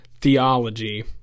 theology